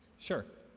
sure.